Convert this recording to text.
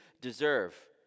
deserve